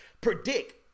predict